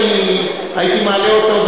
אני הייתי מעלה אותו,